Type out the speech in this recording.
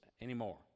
anymore